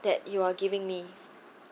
that you are giving me